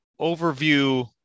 overview